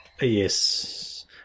Yes